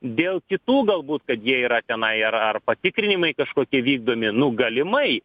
dėl kitų galbūt kad jie yra tenai ar ar patikrinimai kažkokie vykdomi nu galimai